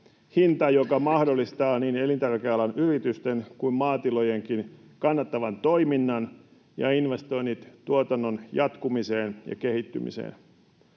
hinta, joka mahdollistaa niin elintarvikealan yritysten kuin maatilojenkin kannattavan toiminnan ja investoinnit tuotannon jatkumiseen ja kehittymiseen.